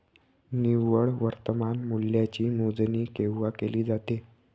निव्वळ वर्तमान मूल्याची मोजणी केव्हा केली जाते?